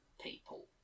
people